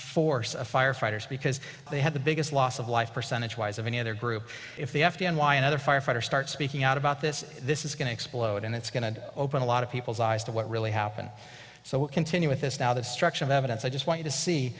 force of firefighters because they have the biggest loss of life percentage wise of any other group if the f d n y another firefighter start speaking out about this this is going to explode and it's going to open a lot of people's eyes to what really happened so we continue with this now the destruction of evidence i just want to see